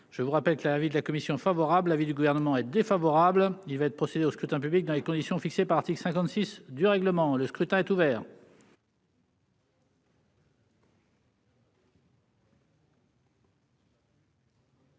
je vous rappelle que l'avis de la commission favorable, l'avis du Gouvernement est défavorable, il va être procédé au scrutin public dans les conditions fixées par l'article 56 du règlement, le scrutin est ouvert.